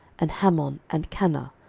and hammon, and kanah,